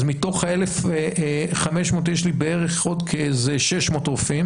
אז מתוך ה-1,500 יש לי בערך עוד כ-600 רופאים,